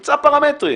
נמצא פרמטרים.